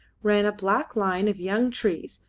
ran a black line of young trees,